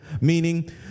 Meaning